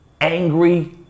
angry